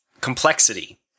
complexity